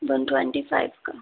one twenty five का